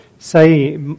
say